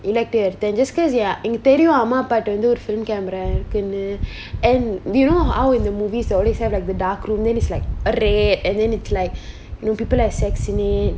elective எடுத்தன்:eduthan just cause ya இங்க தெரியும் அம்மா அப்பாட்ட வந்து ஒரு:inga theriyum amma appatta vanthu oru film camera இருக்குனு:irukkunu and you know how in the movies you always have like the dark room then it's like arrey and then it's like people are sex in it